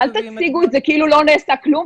אל תציגו את זה כאילו לא נעשה כלום,